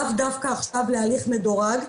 לאו דווקא עכשיו להליך מדורג,